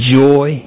joy